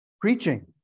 preaching